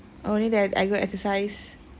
I only that I go exercise